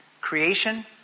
Creation